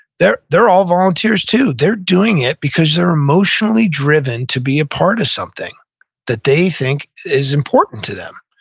they're they're all volunteers, too. they're doing it because they're emotionally driven to be apart of something that they think is important to them